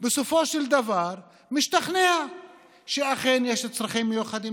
בסופו של דבר משתכנע שאכן יש צרכים מיוחדים